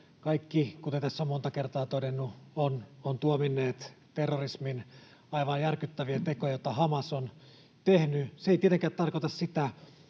Kaikki, kuten tässä olen monta kertaa todennut, ovat tuominneet terrorismin. Aivan järkyttäviä tekoja, joita Hamas on tehnyt. Se ei tietenkään tarkoita sitä,